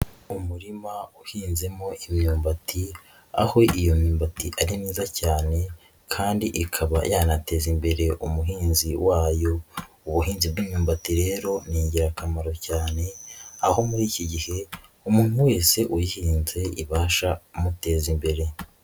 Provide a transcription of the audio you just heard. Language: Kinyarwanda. Umurima uhinzemo imyumbati aho iyo myumbati ari myiza cyane kandi ikaba yanateza imbere umuhinzi wayo, ubuhinzi bw'imyumbati rero ni ingirakamaro cyane aho muri iki gihe umuntu wese uyihinze ibasha kumuteza imbere.